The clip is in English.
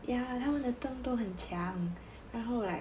ya that [one] 他们的灯很强然后 like